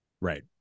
Right